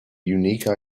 unique